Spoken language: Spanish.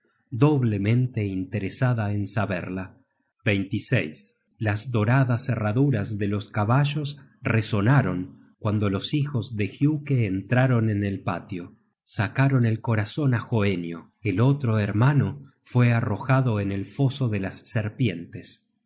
doblemente interesada en saberla las doradas herraduras de los caballos resonaron cuando los hijos de giuke entraron en el patio sacaron el corazon á hoenio el otro hermano fue arrojado en el foso de las serpientes